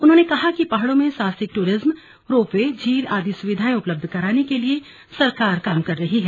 उन्होंने कहा कि पहाड़ों में साहसिक ट्रिज्म रोपवे झील आदि सुविधाएं उपलब्ध कराने के लिए सरकार काम कर रही है